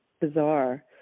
bizarre